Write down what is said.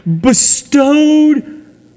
bestowed